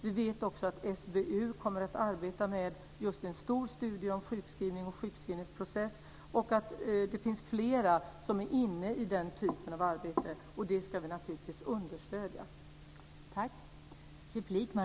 Vi vet också att SBU kommer att arbeta med en stor studie om sjukskrivning och sjukskrivningsprocessen. Det finns flera som är inne i den typen av arbete, och det ska vi naturligtvis understödja.